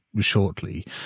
shortly